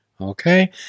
Okay